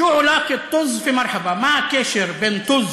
(אומר בערבית: מה הקשר בין טוז למרחבא?); מה הקשר בין "טוז",